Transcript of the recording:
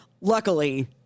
luckily